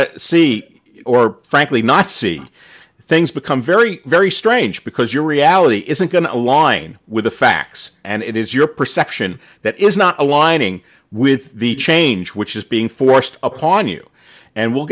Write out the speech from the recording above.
to seat or frankly not see things become very very strange because your reality isn't going to line with the facts and it is your perception that is not aligning with the change which is being forced upon you and we'll